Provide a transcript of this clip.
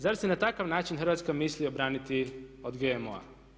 Zar se na takav način Hrvatska mislim obraniti od GMO-a?